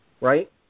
right